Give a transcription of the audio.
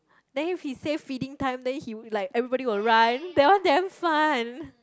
then if he say feeding time then he will like everybody will run that one damn fun